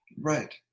Right